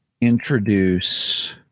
introduce